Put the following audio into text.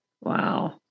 Wow